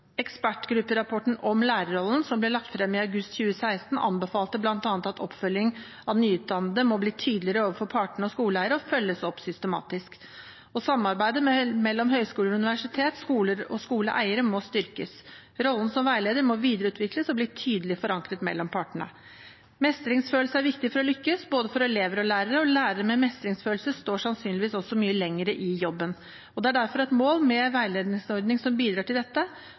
Ekspertgrupperapporten «Om 1ærerrollen», som ble lagt frem i august 2016, anbefalte bl.a. at oppfølging av nyutdannede må bli tydeligere overfor partene og skoleeierne og følges opp systematisk. Samarbeidet mellom høyskoler/universitet, skoler og skoleeiere må styrkes. Rollen som veileder må videreutvikles og bli tydelig forankret mellom partene. Mestringsfølelse er viktig for å lykkes, både for elever og for lærere, og lærere med mestringsfølelse står sannsynligvis også mye lenger i jobben. En veiledningsordning som bidrar til dette, er derfor et mål, og jeg vil her vise til